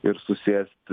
ir susėst